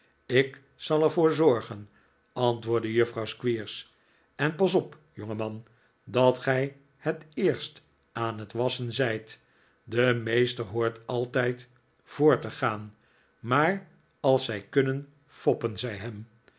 ik zal er voor zorgen antwoordde juffrouw squeers en pas op jongeman dat gij het eerst aan het wasschen zijt de meester hoort altijd voqr te gaan maar als zij kunnen foppen zij